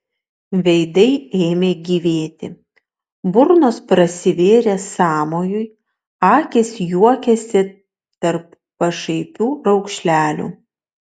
veidai ėmė gyvėti burnos prasivėrė sąmojui akys juokėsi tarp pašaipių raukšlelių